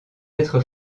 être